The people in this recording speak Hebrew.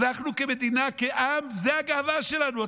אנחנו כמדינה, כעם, זה הגאווה שלנו.